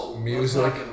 music